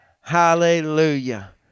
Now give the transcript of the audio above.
Hallelujah